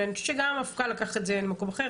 ואני חושבת שגם המפכ"ל לקח את זה למקום אחר.